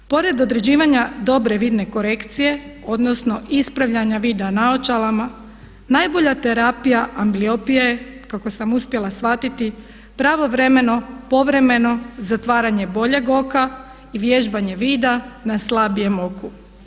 Pored određivanja dobre vidne korekcije, odnosno ispravljanja vida naočalama najbolja terapija ambliopije je kako sam uspjela shvatiti pravovremeno povremeno zatvaranje boljeg oka i vježbanje vida na slabijem oku.